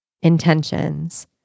intentions